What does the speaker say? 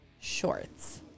shorts